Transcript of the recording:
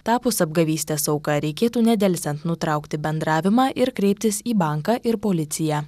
tapus apgavystės auka reikėtų nedelsiant nutraukti bendravimą ir kreiptis į banką ir policiją